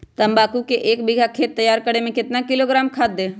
तम्बाकू के एक बीघा खेत तैयार करें मे कितना किलोग्राम खाद दे?